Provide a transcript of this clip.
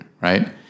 right